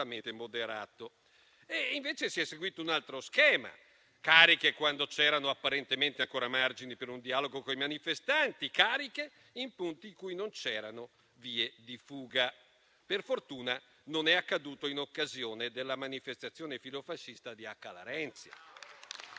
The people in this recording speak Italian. moderato. E invece si è seguito un altro schema: cariche quando c'erano apparentemente ancora margini per un dialogo con i manifestanti e cariche in punti in cui non c'erano vie di fuga. Per fortuna, non è accaduto in occasione della manifestazione filofascista di Acca Larentia.